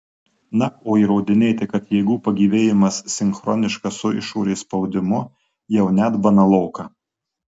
na o įrodinėti kad jėgų pagyvėjimas sinchroniškas su išorės spaudimu jau net banaloka